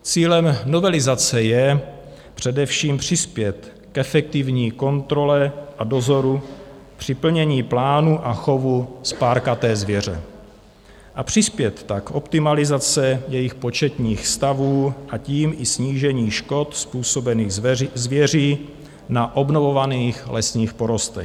Cílem novelizace je především přispět k efektivní kontrole a dozoru při plnění plánu a chovu spárkaté zvěře a přispět tak k optimalizaci jejích početních stavů, a tím i snížení škod způsobených zvěří na obnovovaných lesních porostech.